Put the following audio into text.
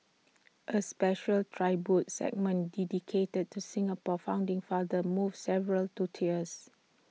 A special tribute segment dedicated to Singapore's founding father moved several to tears